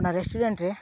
ᱚᱱᱟ ᱨᱮᱥᱴᱩᱨᱮᱱᱴ ᱨᱮ